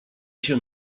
się